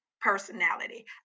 personality